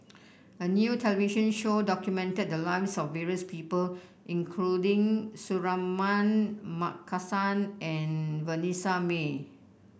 a new television show documented the lives of various people including Suratman Markasan and Vanessa Mae